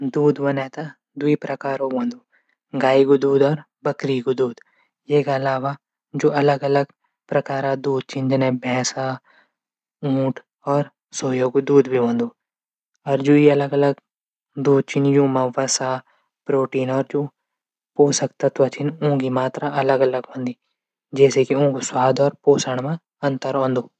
दूध वनी त दुवि प्रकारो हूंदू। गाय. दूध और बकरी कू दूध। एक अलावा जू अलग अलग प्रकारा दूध छन भैंसा ऊंट सोया कू दूध भी हूंद। जू यू अलग अलग दूध छन यूमा वसा प्रोटीन और पोषक तत्व छन अलग अलग हूदिन। जैसे की ऊंक स्वाद और पोषण मा अंतर आंदू।